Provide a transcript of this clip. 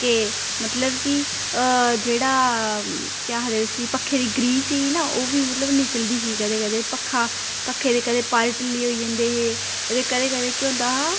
कि मतलब कि जेह्ड़ा केह् आखदे उसी पक्खे दी ग्रीस ही ना ओह् बी मतलब कि निकलदी ही कदें कदें पक्खा पक्खे दे कदें पर ढिल्ले होई जंदे हे ते कदें कदें केह् होंदा हा